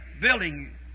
building